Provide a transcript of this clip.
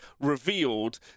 revealed